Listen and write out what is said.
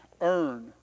earn